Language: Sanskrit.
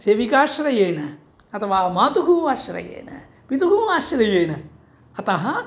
सेविकाश्रयेण अथवा मातुः अश्रयेण पितुः आश्रयेण अतः